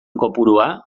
kopurua